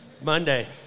Monday